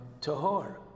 tahor